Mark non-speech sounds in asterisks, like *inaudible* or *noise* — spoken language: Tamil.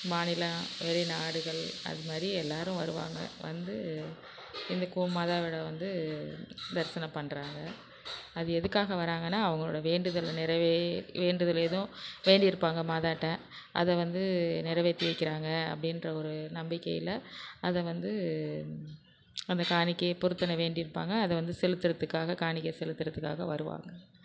மாநிலம் வெளிநாடுகள் அதுமாதிரி எல்லாரும் வருவாங்கள் வந்து இந்த கோமாதாவிடம் வந்து தரிசனம் பண்ணுறாங்க அது எதுக்காக வராங்கன்னால் அவங்களோடய வேண்டுதலை நிறைவே வேண்டுதல் எதுவும் வேண்டியிருப்பாங்க மாதாட்ட அதை வந்து நிறைவேற்றி வைக்கிறாங்க அப்படின்ற ஒரு நம்பிக்கையில அதை வந்து அந்த காணிக்கையை *unintelligible* வேண்டியிருப்பாங்க அதை வந்து செலுத்துறத்துக்காக காணிக்கை செலுத்துறத்துக்காக வருவாங்கள்